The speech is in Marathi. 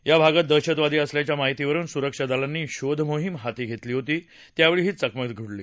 या भागात दहशतवादी असल्याच्या माहितीवरुन सुरक्षा दलांनी शोधमोहिम हाती घेतली त्यावेळी ही चकमक उडाली